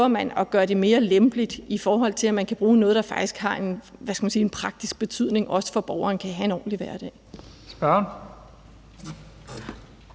man at gøre det mere lempeligt, i forhold til at man kan bruge noget, der faktisk har en praktisk betydning, for at borgeren også kan have en ordentlig hverdag.